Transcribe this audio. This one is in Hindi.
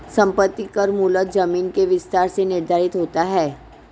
संपत्ति कर मूलतः जमीन के विस्तार से निर्धारित होता है